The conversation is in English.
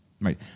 right